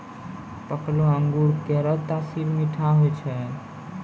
पकलो अंगूर केरो तासीर मीठा होय छै